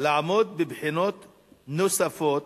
לעמוד בבחינות נוספות,